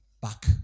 back